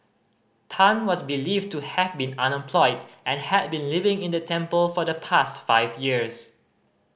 Tan was believed to have been unemployed and had been living in the temple for the past five years